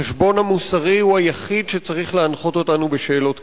החשבון המוסרי הוא היחיד שצריך להנחות אותנו בשאלות כאלה.